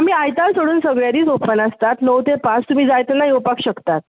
आमी आयतार सोडून सगळे दीस ऑपन आसता णव ते पांच तुमी जाय तेन्ना येवपाक शकतात